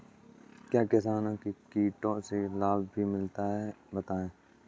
क्या किसानों को कीटों से लाभ भी मिलता है बताएँ?